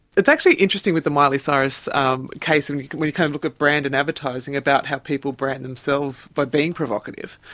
it's actually interesting with the miley cyrus um case and when you kind of look at brand and advertising about how people brand themselves by being provocative,